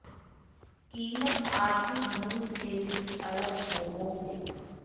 कीमत आर्थिक मूल से कुछ अलग होबो हइ